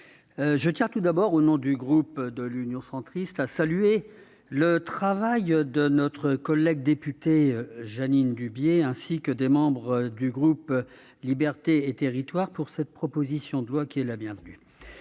je tiens tout d'abord, au nom du groupe Union Centriste, à saluer le travail de notre collègue députée Jeanine Dubié, ainsi que des membres du groupe Libertés et territoires, sur cette proposition de loi, qui est la bienvenue.